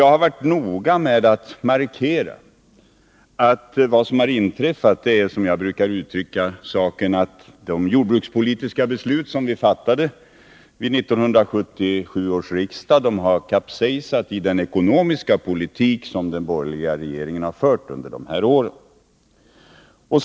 Jag har varit noga med att markera att vad som har inträffat är att de jordbrukspolitiska beslut som vi fattade vid 1977 års riksdag har kapsejsat i den ekonomiska politik som den borgerliga regeringen under de här åren har fört.